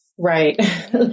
Right